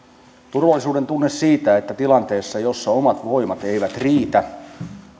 turvallisuudentunne siitä että tilanteessa jossa omat voimat eivät riitä